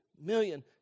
million